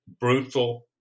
brutal